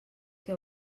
què